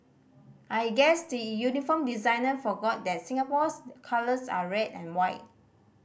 I guess the uniform designer forgot that Singapore's colors are red and white